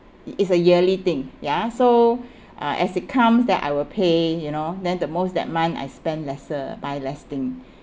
it is a yearly thing ya so uh as it comes then I will pay you know then the most that month I spend lesser buy less thing